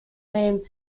named